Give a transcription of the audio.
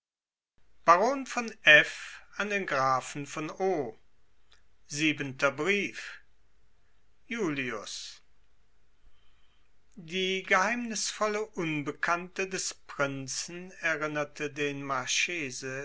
baron von f an den grafen von o siebenter brief julius die geheimnisvolle unbekannte des prinzen erinnerte den marchese